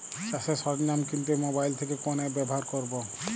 চাষের সরঞ্জাম কিনতে মোবাইল থেকে কোন অ্যাপ ব্যাবহার করব?